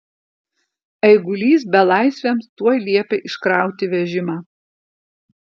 eigulys belaisviams tuoj liepė iškrauti vežimą